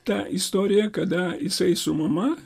tą istoriją kada jisai su mama